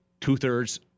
two-thirds